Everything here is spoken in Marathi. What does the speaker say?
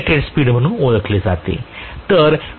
तेच रेटेड स्पीड म्हणून ओळखले जाते